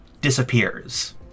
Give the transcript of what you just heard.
disappears